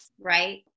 right